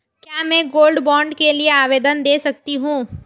क्या मैं gold bond के लिए आवेदन दे सकती हूँ?